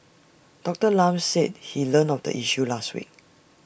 Doctor Lam said he learnt of the issue last week